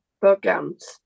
programs